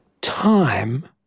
time